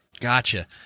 Gotcha